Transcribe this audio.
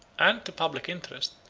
and to public interest,